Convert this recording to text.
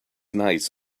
nice